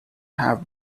have